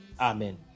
Amen